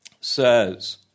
says